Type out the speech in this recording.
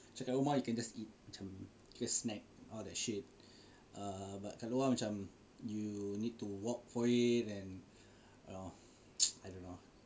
macam dekat rumah you can just eat macam you can snack and all that shit err but kalau kat luar uh macam you need to walk for it and uh I don't know